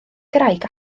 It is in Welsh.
graig